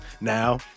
Now